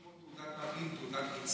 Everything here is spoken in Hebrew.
יש תעודת מצטיין,